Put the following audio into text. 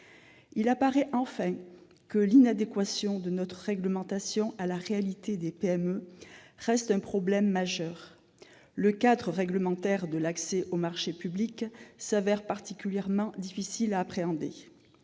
Il apparaît enfin que l'inadéquation de notre réglementation à la réalité des PME reste un problème majeur. Le cadre réglementaire de l'accès aux marchés publics s'avère particulièrement difficile à appréhender.